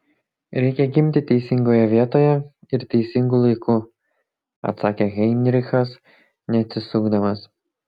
reikia gimti teisingoje vietoje ir teisingu laiku atsakė heinrichas neatsisukdamas